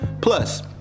Plus